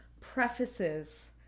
prefaces